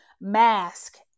mask